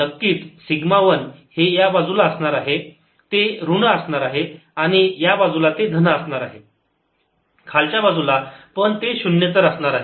नक्कीच sigma one हे या बाजूला असणार आहे ते ऋण असणार आहे आणि या बाजूला ते धन असणार आहे या खालच्या बाजूला पण ते शून्येतर असणार आहे